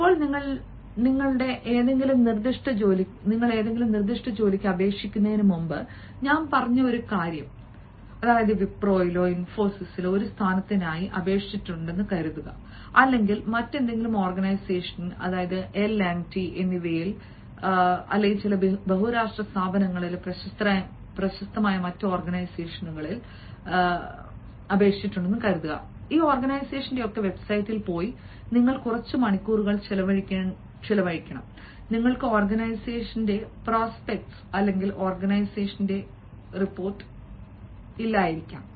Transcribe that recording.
ഇപ്പോൾ നിങ്ങളുടെ ഏതെങ്കിലും നിർദ്ദിഷ്ട ജോലിക്ക് അപേക്ഷിക്കുന്നതിന് മുമ്പ് ഞാൻ പറഞ്ഞ ഒരു കാര്യം വിപ്രോയിലോ ഇൻഫോസിസിലോ ഒരു സ്ഥാനത്തിനായി ആരെങ്കിലും അപേക്ഷിച്ചിട്ടുണ്ടെന്ന് കരുതുക അല്ലെങ്കിൽ മറ്റേതെങ്കിലും ഓർഗനൈസേഷനിൽ എൽ ആൻഡ് ടി എന്നിവയിൽ ചില ബഹുരാഷ്ട്ര സ്ഥാപനങ്ങളിലെ പ്രശസ്തരായ മറ്റ് ഓർഗനൈസേഷനുകളിൽ ഓർഗനൈസേഷൻറെ വെബ്സൈറ്റിലേക്ക് പോയി നിങ്ങൾ കുറച്ച് മണിക്കൂറുകൾ ചിലവഴിക്കേണ്ട സമയമാണിത് നിങ്ങൾക്ക് ഓർഗനൈസേഷന്റെ പ്രോസ്പെക്ടസ് അല്ലെങ്കിൽ ഓർഗനൈസേഷന്റെ റിപ്പോർട്ട് ഇല്ലായിരിക്കാം